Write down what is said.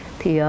Thì